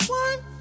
one